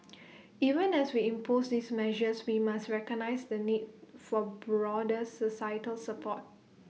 even as we improve these measures we must recognise the need for broader societal support